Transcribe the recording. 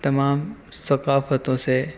تمام ثقافتوں سے